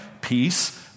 peace